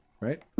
Right